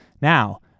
Now